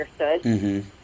understood